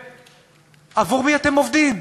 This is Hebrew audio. ועבור מי אתם עובדים?